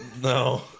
No